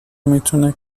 میتونه